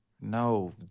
No